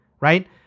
right